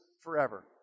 forever